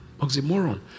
Oxymoron